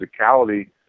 physicality